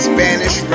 Spanish